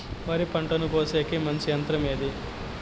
వరి పంటను కోసేకి మంచి యంత్రం ఏది?